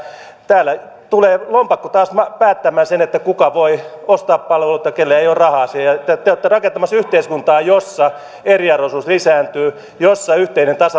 täällä tulee lompakko taas päättämään sen kuka voi ostaa palveluita kenellä ei ole rahaa siihen te olette rakentamassa yhteiskuntaa jossa eriarvoisuus lisääntyy jossa yhteinen